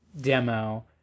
demo